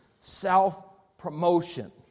self-promotion